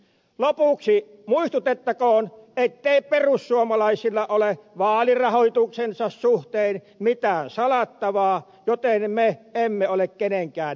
lopuksi muistutettakoon ettei perussuomalaisilla ole vaalirahoituksensa suhteen mitään salattavaa joten me emme ole kenenkään juoksupoikia